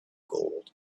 gold